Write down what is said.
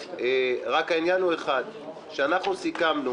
ישנו רק עניין אחד והוא שאנחנו סיכמנו